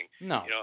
No